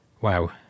Wow